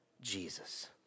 Jesus